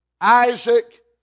Isaac